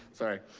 sorry.